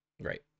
Right